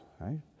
right